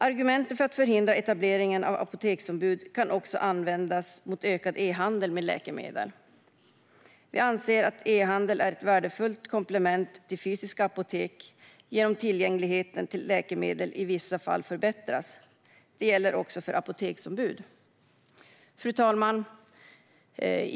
Argumenten för att förhindra etableringen av apoteksombud kan också användas mot ökad e-handel med läkemedel. Vi anser att e-handel är ett värdefullt komplement till fysiska apotek genom att tillgängligheten till läkemedel i vissa fall förbättras. Det gäller också för apoteksombud. Fru talman!